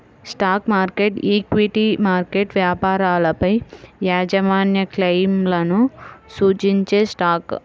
stock market, equity market వ్యాపారాలపైయాజమాన్యక్లెయిమ్లను సూచించేస్టాక్